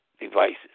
devices